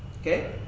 Okay